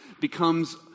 becomes